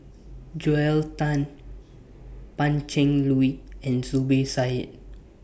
Joel Tan Pan Cheng Lui and Zubir Said